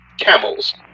camels